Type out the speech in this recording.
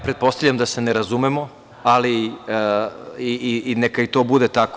Pretpostavljam da se ne razumemo, ali neka i to bude tako.